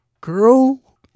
girl